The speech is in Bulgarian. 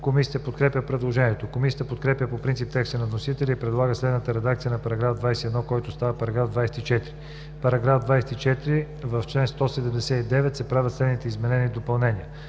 Комисията подкрепя предложението. Комисията подкрепя по принцип текста на вносителя и предлага следната редакция на § 21, който става § 24: „§ 24. В чл. 179 се правят следните изменения и допълнения: